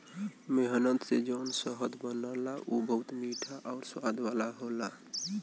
मेहनत से जौन शहद बनला उ बहुते मीठा आउर स्वाद वाला होला